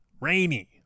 rainy